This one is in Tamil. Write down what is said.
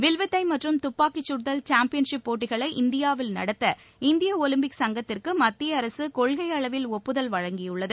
வில்வித்தை மற்றும் துப்பாக்கிச்சுதல் சாம்பியன் ஷிப் போட்டிகளை இந்தியாவில் நடத்த இந்திய ஒலிம்பிக் சங்கத்திற்கு மத்திய அரசு கொள்கை அளவில் ஒப்புதல் வழங்கியுள்ளது